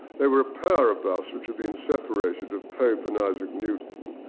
they were a pair of busts, which had been separated, of pope and isaac newton.